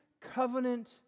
covenant